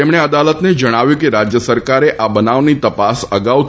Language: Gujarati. તેમણે અદાલતને જણાવ્યું હતું કે રાજ્ય સરકારે આ બનાવની તપાસ અગાઉથી સી